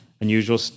unusual